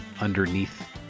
underneath